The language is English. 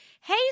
Hey